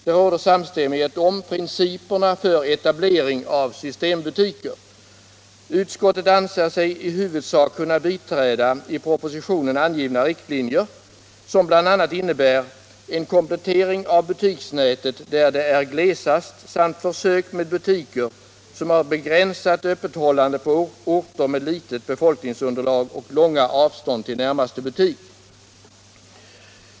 Det råder samstämmighet om principerna för etablering av systembutiker: ”Utskottet anser sig i huvudsak kunna biträda de i propositionen angivna riktlinjerna, som bl.a. innebär en komplettering av butiksnätet där det är glesast samt försök med butiker som har begränsat öppethållande på orter med litet befolkningsunderlag och långa avstånd till närmaste butik.